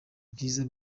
bwiza